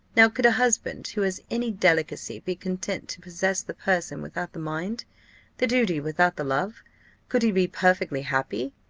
now, could a husband who has any delicacy be content to possess the person without the mind the duty without the love could he be perfectly happy,